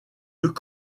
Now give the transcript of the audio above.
deux